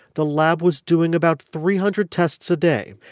the lab was doing about three hundred tests a day,